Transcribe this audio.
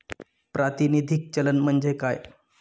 प्रातिनिधिक चलन म्हणजे काय?